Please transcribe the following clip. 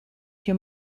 your